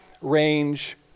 range